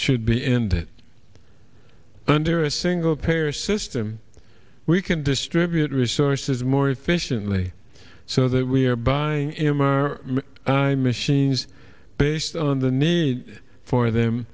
should be in that under a single payer system we can distribute resources more efficiently so that we are buying him or i'm issuing these based on the need for them